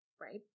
right